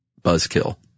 buzzkill